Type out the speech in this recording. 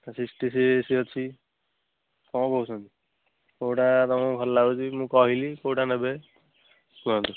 sixty six ଅଛି କ'ଣ କହୁଛନ୍ତି କେଉଁଟା ତମକୁ ଭଲ ଲାଗୁଛି ମୁଁ କହିଲି କେଉଁଟା ନେବେ କୁହନ୍ତୁ